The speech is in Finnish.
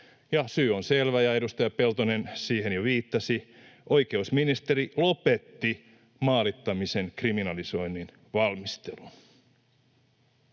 Syy on selvä, ja edustaja Peltonen siihen jo viittasi: oikeusministeri lopetti maalittamisen kriminalisoinnin valmistelun.